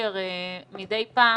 בקשר מדי פעם,